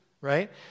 right